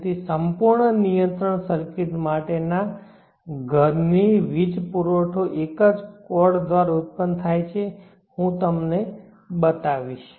તેથી સંપૂર્ણ નિયંત્રણ સર્કિટ માટેના ઘરની વીજ પુરવઠો એક જ કોર્ડ દ્વારા ઉત્પન્ન થાય છે હું તમને બતાવીશ